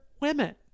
women